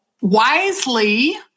wisely